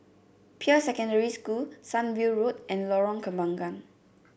Peirce Secondary School Sunview Road and Lorong Kembangan